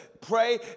pray